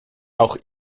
auch